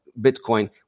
Bitcoin